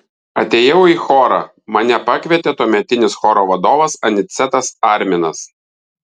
atėjau į chorą mane pakvietė tuometinis choro vadovas anicetas arminas